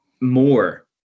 more